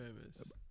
famous